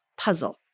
puzzle